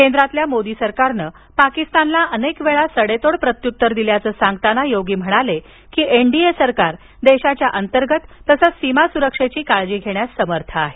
केंद्रातील मोदी सरकारनं पाकिस्तानला अनेक वेळा सडेतोड प्रत्युत्तर दिल्याचं सांगताना योगी म्हणाले की एनडीए सरकार देशाच्या अंतर्गत तसंच सीमा सुरक्षेची काळजी घेण्यास समर्थ आहे